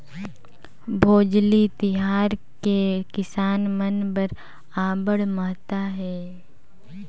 भोजली तिहार के किसान मन बर अब्बड़ महत्ता हे